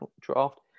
draft